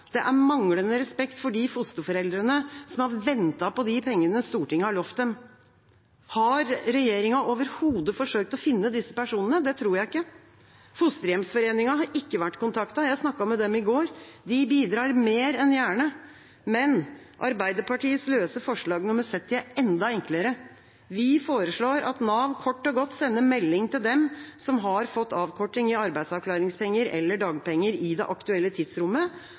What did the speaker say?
Det er manglende respekt for de fosterforeldrene som har ventet på pengene Stortinget har lovt dem. Har regjeringa overhodet forsøkt å finne disse personene? Det tror jeg ikke. Fosterhjemsforeningen har ikke vært kontaktet. Jeg snakket med dem i går. De bidrar mer enn gjerne. Men Arbeiderpartiets løse forslag nr. 70 er enda enklere. Vi foreslår at Nav kort og godt sender melding til dem som har fått avkorting i arbeidsavklaringspenger eller dagpenger i det aktuelle tidsrommet,